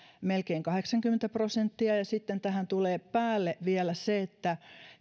melkein kahdeksankymmentä prosenttia sitten tähän tulee päälle vielä se että